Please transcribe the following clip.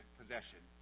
possession